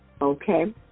okay